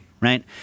right